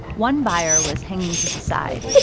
one buyer was hanging to the side